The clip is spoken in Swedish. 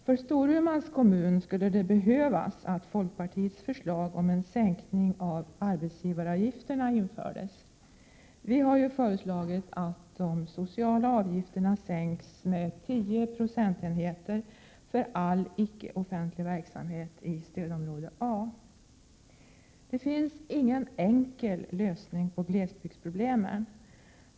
För Storumans kommun skulle det behövas att folkpartiets förslag om en sänkning av arbetsavgivaravgifterna infördes. Vi har ju föreslagit att de sociala avgifterna sänks med 10 procentenheter för all icke offentlig verksamhet i stödområde A. Det finns ingen enkel lösning på glesbygdsproblemen.